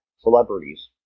celebrities